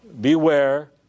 beware